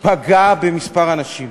פגע בכמה אנשים.